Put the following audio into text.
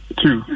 two